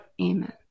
amen